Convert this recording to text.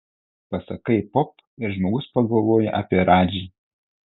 pasakai pop ir žmogus pagalvoja apie radžį